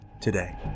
today